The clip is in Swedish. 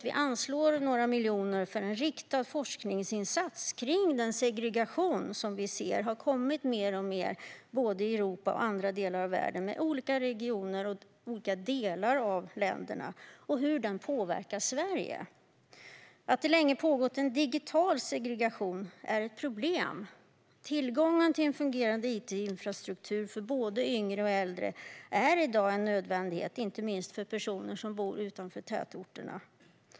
Vi anslår några miljoner för en riktad forskningsinsats om den segregation som vi ser har skett mer och mer både i Europa och i andra delar av världen mellan olika regioner och mellan olika delar av länder och hur den påverkar Sverige. Att det länge har pågått en digital segregation är ett problem. Tillgång till en fungerande it-infrastruktur för både yngre och äldre är i dag en nödvändighet, inte minst för personer som bor utanför tätorterna.